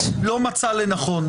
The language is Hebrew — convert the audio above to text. אבל לא מצא לנכון,